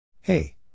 Hey